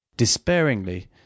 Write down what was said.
Despairingly